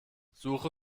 suche